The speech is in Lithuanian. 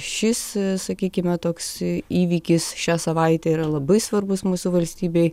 šis sakykime toks įvykis šią savaitę yra labai svarbus mūsų valstybei